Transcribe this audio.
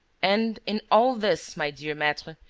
and, in all this, my dear maitre,